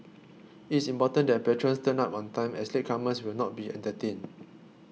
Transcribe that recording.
it is important that patrons turn up on time as latecomers will not be entertained